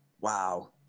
Wow